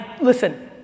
listen